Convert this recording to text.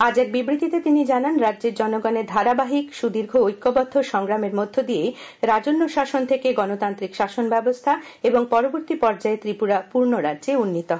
আজ এক বিবৃতিতে তিনি জানান রাজ্যের জনগনের ধারবাহিক সুদীর্ঘ ঐক্যবদ্ধ সংগ্রামের মধ্য দিয়েই রাজন্য শাসন থেকে গণতান্ত্রিক শাসন ব্যবস্থা এবং পরবর্তী পর্যায়ে ত্রিপুরা পুর্ণরাজ্যে উন্নীত হয়